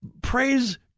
praise